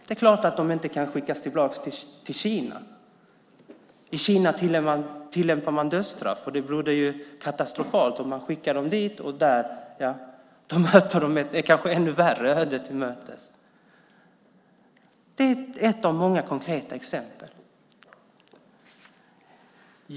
Det är klart att de inte kan skickas tillbaka till Kina. I Kina tillämpar man dödsstraff, och det vore katastrofalt om man skickade dem dit, där de kanske skulle gå ett ännu värre öde till mötes. Det är ett av många konkreta exempel.